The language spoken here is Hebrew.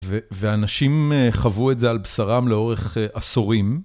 ואנשים חוו את זה על בשרם לאורך עשורים.